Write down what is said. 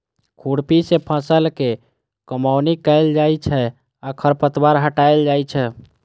खुरपी सं फसल के कमौनी कैल जाइ छै आ खरपतवार हटाएल जाइ छै